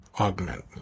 augment